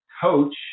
coach